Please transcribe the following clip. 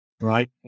right